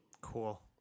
Cool